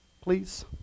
please